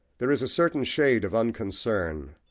there is a certain shade of unconcern,